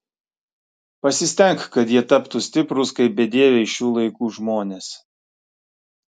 pasistenk kad jie taptų stiprūs kaip bedieviai šių laikų žmonės